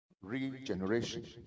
regeneration